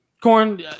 Corn